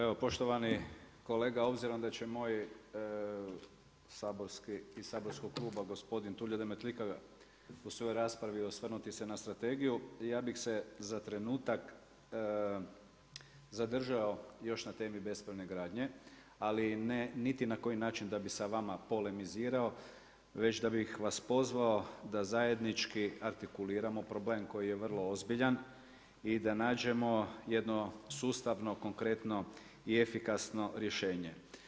Evo poštovani kolega obzirom da će moj saborski, iz saborskog kluba gospodin Tulio Demetlika u svojoj raspravi osvrnuti se na Strategiju ja bih se za trenutak zadržao još na temi bespravne gradnje ali ne niti na koji način da bih s vama polemizirao već da bih vas pozvao da zajednički artikuliramo problem koji je vrlo ozbiljan i da nađemo jedno sustavno konkretno i efikasno rješenje.